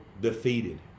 defeated